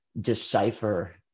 decipher